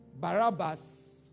Barabbas